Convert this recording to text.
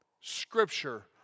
scripture